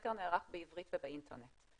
והסקר נערך בעברית ובאינטרנט.